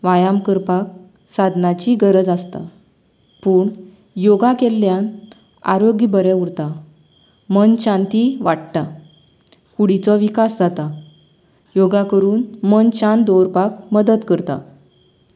व्यायाम करपाक साधनांची गरज आसता पूण योगा केल्ल्यान आरोग्य बरें उरता मन शांती वाडटा कुडिचो विकास जाता योगा करून मन शांत दवरपाक मदत करता